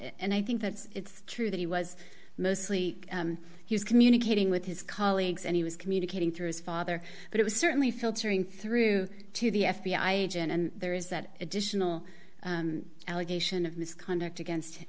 and i think that it's true that he was mostly he was communicating with his colleagues and he was communicating through his father but it was certainly filtering through to the f b i agent and there is that additional allegation of misconduct against